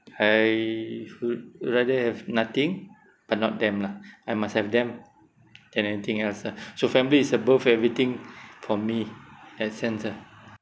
I would rather have nothing but not them lah I must have them than anything else lah so family is above everything for me in a sense ah